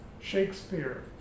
Shakespeare